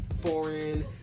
foreign